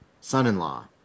Son-in-Law